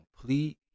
complete